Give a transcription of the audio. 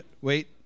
Wait